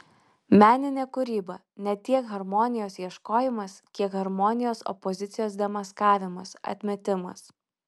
meninė kūryba ne tiek harmonijos ieškojimas kiek harmonijos opozicijos demaskavimas atmetimas